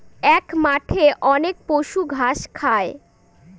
এক মাঠে অনেক পশু ঘাস খায়